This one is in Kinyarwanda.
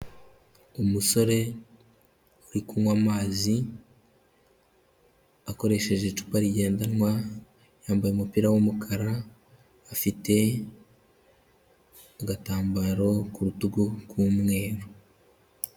Umusore uri kunywa amazi akoresheje icupa rigendanwa, yambaye umupira w'umukara, afite agatambaro ku rutugu k'umweru.